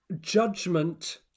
judgment